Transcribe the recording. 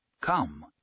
Come